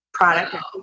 Product